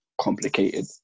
complicated